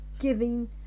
giving